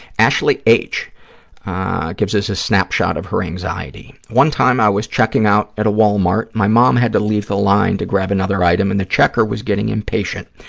ashley h gives us a snapshot of her anxiety. one time i was checking out at a walmart. my mom had to leave the line to grab another item and the checker was getting impatient.